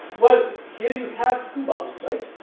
but here you have two bubbles,